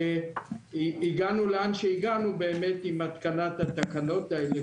הגענו לאן שהגענו עם התקנת התקנות האלה,